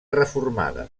reformada